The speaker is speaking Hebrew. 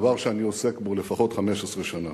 דבר שאני עוסק בו לפחות 15 שנה.